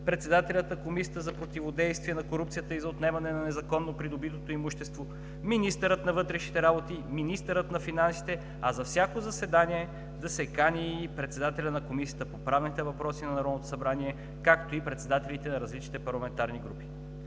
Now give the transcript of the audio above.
председателят на Комисията за противодействие на корупцията и за отнемане на незаконно придобитото имущество, министърът на вътрешните работи, министърът на финансите, а за всяко заседание да се кани и председателят на Комисията по правни въпроси на Народното събрание, както и председателите на различните парламентарни групи.